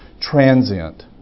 transient